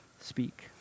speak